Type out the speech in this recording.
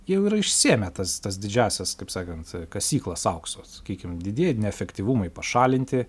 jau yra išsėmę tas tas didžiąsias kaip sakant kasyklas aukso sakykim didieji efektyvumai pašalinti